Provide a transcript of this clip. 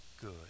good